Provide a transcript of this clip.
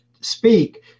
speak